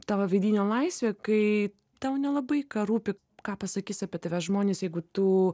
tavo vidinė laisvė kai tau nelabai ką rūpi ką pasakys apie tave žmonės jeigu tu